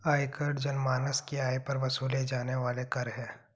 आयकर जनमानस के आय पर वसूले जाने वाला कर है